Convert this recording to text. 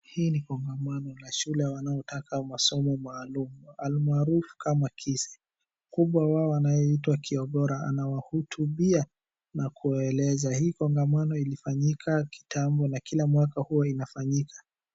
Hili ni kongomano ya shule wanaotoa masomo maalum almarufu kama KISE. Mkubwa wao anaoitwa Kiongora ana wahutubia kwa kuwaeleza hii kongomano ilifanyika kitambo na kila mwaka huwa inafanyika.